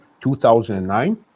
2009